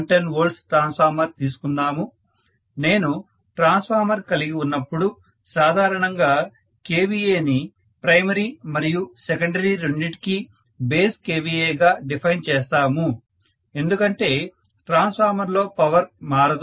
2kVA 220110V transformer తీసుకుందాము నేను transformer కలిగి ఉన్నపుడు సాధారణంగా kVAని ప్రైమరీ మరియు సెకండరీ రెండింటికీ బేస్ kVA గా డిఫైన్ చేస్తాము ఎందుకంటే ట్రాన్స్ఫార్మర్ లో పవర్ మారదు